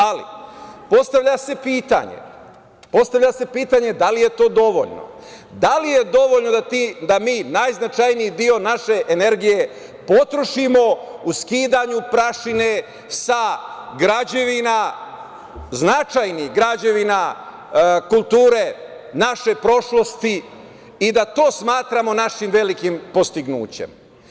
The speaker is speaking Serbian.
Ali, postavlja se pitanje da li je to dovoljno, da li je dovoljno da mi najznačajniji deo naše energije potrošimo u skidanju prašine sa građevina, značajnih građevina kulture, naše prošlosti i da to smatramo našim velikim dostignućem.